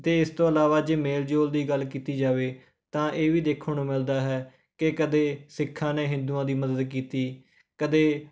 ਅਤੇ ਇਸ ਤੋਂ ਇਲਾਵਾ ਜੇ ਮੇਲ ਜੋਲ ਦੀ ਗੱਲ ਕੀਤੀ ਜਾਵੇ ਤਾਂ ਇਹ ਵੀ ਦੇਖਣ ਨੂੰ ਮਿਲਦਾ ਹੈ ਕਿ ਕਦੇ ਸਿੱਖਾਂ ਨੇ ਹਿੰਦੂਆਂ ਦੀ ਮਦਦ ਕੀਤੀ ਕਦੇ